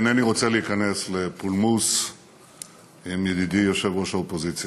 אינני רוצה להיכנס לפולמוס עם ידידי יושב-ראש האופוזיציה,